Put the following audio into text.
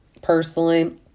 personally